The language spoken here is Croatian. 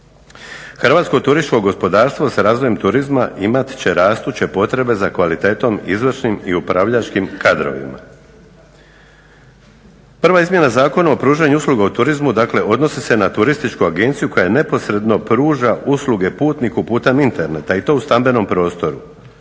Hrvatsko turističko gospodarstvo sa razvojem turizma imati će rastuće potrebe za kvalitetom izvršnim i upravljačkim kadrovima. Prva Izmjena Zakona o pružanju usluga u turizmu dakle odnosi se na turističku agencija koja neposredno pruža usluge putniku putem interneta i to su stambenom prostoru.